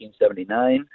1979